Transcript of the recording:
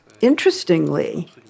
Interestingly